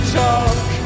talk